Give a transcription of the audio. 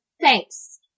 thanks